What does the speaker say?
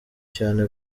cyane